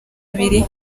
abiri